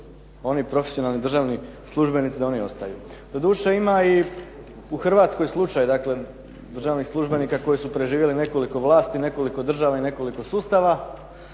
oni profesionalni državni službenici da oni ostaju. Do duše ima i u Hrvatskoj slučaj dakle državnih službenika koji su preživjeli nekoliko vlasti, nekoliko država i nekoliko sustava